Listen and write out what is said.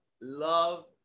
love